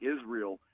Israel –